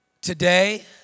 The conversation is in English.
Today